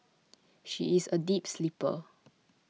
she is a deep sleeper